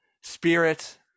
spirit